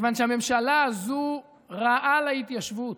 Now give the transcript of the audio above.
מכיוון שהממשלה הזו רעה להתיישבות.